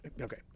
Okay